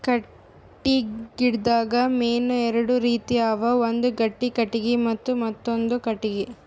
ಕಟ್ಟಿಗಿದಾಗ್ ಮೇನ್ ಎರಡು ರೀತಿ ಅವ ಒಂದ್ ಗಟ್ಟಿ ಕಟ್ಟಿಗಿ ಮತ್ತ್ ಮೆತ್ತಾಂದು ಕಟ್ಟಿಗಿ